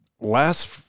last